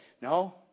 No